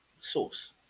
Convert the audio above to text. source